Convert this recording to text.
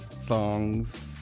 songs